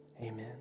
Amen